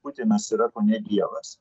putinas yra kone dievas